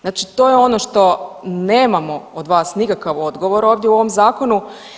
Znači to je ono što nemamo od vas nikakav odgovor ovdje u ovom Zakonu.